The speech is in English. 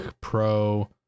pro